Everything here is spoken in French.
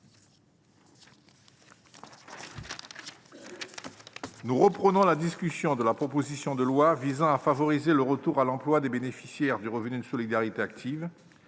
Nous reprenons la discussion de la proposition de loi d'expérimentation visant à favoriser le retour à l'emploi des bénéficiaires du revenu de solidarité active